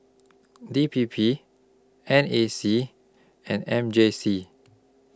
D P P N A C and M J C